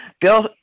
bill